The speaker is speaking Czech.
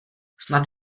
snad